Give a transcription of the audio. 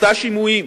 עשתה שימועים.